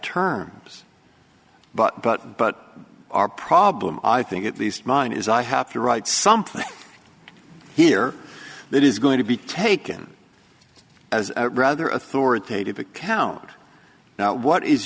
terms but but but our problem i think at least mine is i have to write something here that is going to be taken as a rather authoritative account now what is